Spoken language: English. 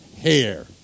hair